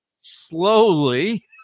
slowly